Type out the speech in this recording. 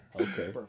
Okay